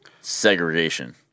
segregation